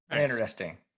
Interesting